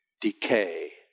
decay